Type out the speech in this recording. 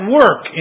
work